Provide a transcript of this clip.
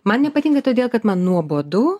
man nepatinka todėl kad man nuobodu